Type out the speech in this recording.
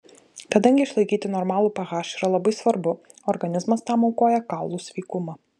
kadangi išlaikyti normalų ph yra labai svarbu organizmas tam aukoja kaulų sveikumą